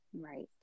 Right